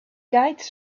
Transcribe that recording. guides